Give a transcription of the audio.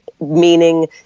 meaning